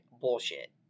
bullshit